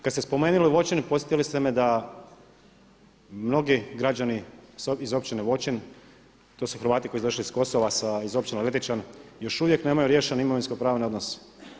Kada ste spomenuli Voćin, podsjetili ste me da mnogi građani iz općine Voćin to su Hrvati koji su došli iz Kosova iz općine Letičan, još uvijek nemaju riješene imovinsko pravne odnose.